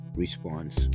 response